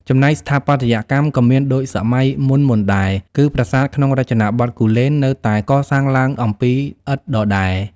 ចំណែកស្ថាបត្យកម្មក៏មានដូចសម័យមុនៗដែរ គឺប្រាសាទក្នុងរចនាបថគូលែននៅតែកសាងឡើងអំពីឥដ្ឋដដែល។